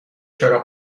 چراغ